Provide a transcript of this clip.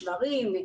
שברים,